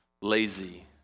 lazy